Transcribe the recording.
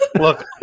Look